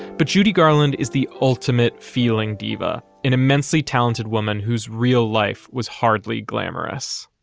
but judy garland is the ultimate feeling diva, an immensely talented woman whose real life was hardly glamorous